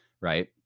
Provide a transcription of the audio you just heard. right